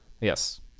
yes